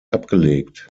abgelegt